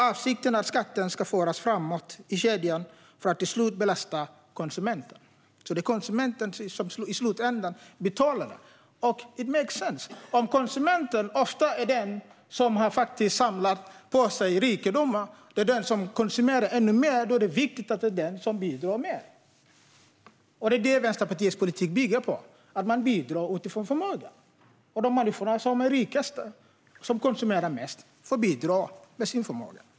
Avsikten är att skatten ska föras framåt i kedjan för att till slut belasta konsumenten. Det är alltså konsumenten som i slutändan betalar den. It makes sense. Om konsumenten ofta är den som faktiskt har samlat på sig rikedomar, då är det viktigt att det är konsumenten som bidrar mer. Det är det som Vänsterpartiets politik bygger på, alltså att man bidrar efter förmåga. De människor som är rikast och som konsumerar mest får bidra efter sin förmåga.